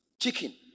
chicken